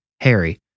Harry